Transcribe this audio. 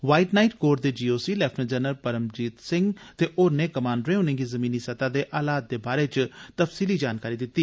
white Knight Corps दे GOC lieutenant general Paramjit Singh ते होरनें कमांडरे उनेंगी जमीनी सतह दे हालात दे बारै च जानकारी दित्ती